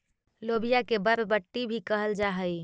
लोबिया के बरबट्टी भी कहल जा हई